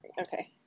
Okay